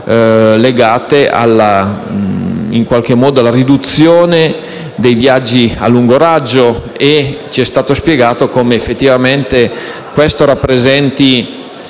esempio alla riduzione dei voli a lungo raggio e ci è stato spiegato come effettivamente questo rappresenti